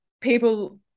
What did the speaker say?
people